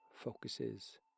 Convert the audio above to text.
focuses